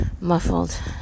muffled